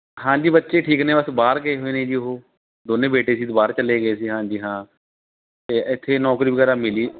ਹਾਂਜੀ ਬੱਚੇ ਠੀਕ ਨੇ ਬਸ ਬਾਹਰ ਗਏ ਹੋਏ ਨੇ ਜੀ ਉਹ ਦੋਵੇਂ ਬੇਟੇ ਜੀ ਉਹ ਬਾਹਰ ਚਲੇ ਗਏ ਜੀ ਹਾਂਜੀ ਹਾਂ ਅਤੇ ਇੱਥੇ ਨੌਕਰੀ ਵਗੈਰਾ ਮਿਲੀ